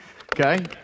okay